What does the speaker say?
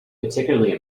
particularly